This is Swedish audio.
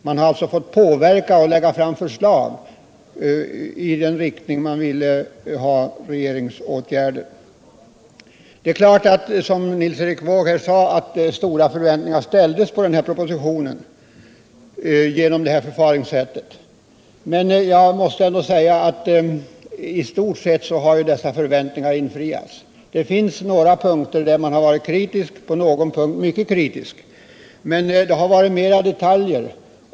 Man har alltså fått påverka och lägga fram förslag i den riktning man vill ha regeringens åtgärder utformade. Det är klart att — som Nils Erik Wååg påpekade — regeringens förfaringssätt gav upphov till stora förväntningar på denna proposition, men jag måste ändå säga att i stort sett har dessa förväntningar infriats. Det finns några punkter där man har varit mycket kritisk i något avseende, men det har mera gällt detaljer.